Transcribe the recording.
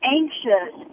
anxious